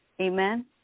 Amen